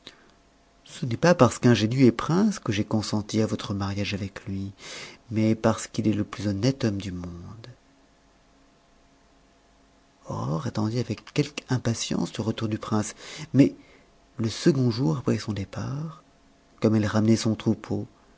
ce n'est pas parce qu'ingénu est prince que j'ai consenti à votre mariage avec lui mais parce qu'il est le plus honnête homme du monde aurore attendait avec quelque impatience le retour du prince mais le second jour après son départ comme elle ramenait son troupeau